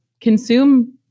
consume